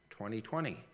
2020